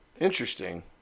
Interesting